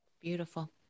Beautiful